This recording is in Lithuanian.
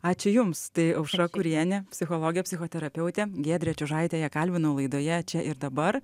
ačiū jums tai aušra kurienė psichologė psichoterapeutė giedrė čiužaitė ją kalbinau laidoje čia ir dabar